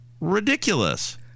ridiculous